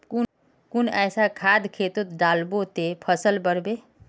कुन ऐसा खाद खेतोत डालबो ते फसल बढ़बे?